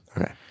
Okay